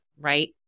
right